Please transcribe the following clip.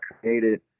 created